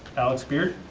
alex beard.